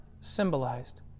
symbolized